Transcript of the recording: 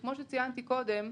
כמו שציינתי קודם,